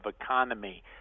economy